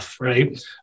right